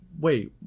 wait